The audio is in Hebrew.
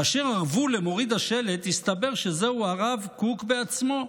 כאשר ארבו למוריד השלט, הסתבר שזהו הרב קוק בעצמו,